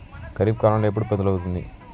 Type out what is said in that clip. ఖరీఫ్ కాలం ఎప్పుడు మొదలవుతుంది?